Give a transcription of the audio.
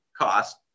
cost